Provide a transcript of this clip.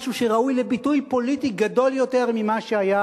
משהו שראוי לביטוי פוליטי גדול יותר ממה שהיה